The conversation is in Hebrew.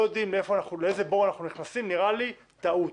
יודעים לאיזה בור אנחנו נכנסים נראה לי טעות.